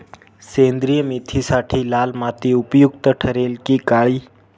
सेंद्रिय मेथीसाठी लाल माती उपयुक्त ठरेल कि काळी?